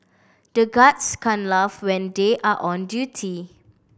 the guards can't laugh when they are on duty